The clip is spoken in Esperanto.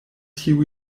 tiu